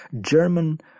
German